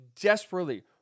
desperately